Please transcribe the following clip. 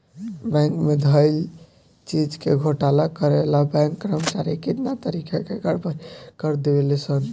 bank में धइल चीज के घोटाला करे ला बैंक कर्मचारी कितना तारिका के गड़बड़ी कर देवे ले सन